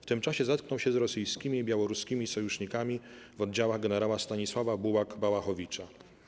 W tym czasie zetknął się z rosyjskimi i białoruskimi sojusznikami w oddziałach generała Stanisława Bułak-Bałachowicza.